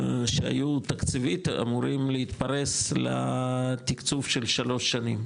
שהיו תקציבית אמורים להתפרס לתקצוב של שלוש שנים,